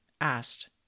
asked